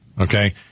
Okay